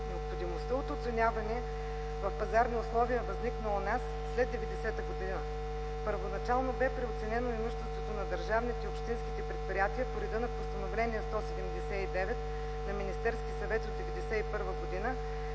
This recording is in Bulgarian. Необходимостта от оценяване в пазарни условия възникна у нас след 1990г. Първоначално бе преоценено имуществото на държавните и общинските предприятия по реда на Постановление № 179 на Министерския съвет от 1991 г.